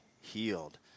healed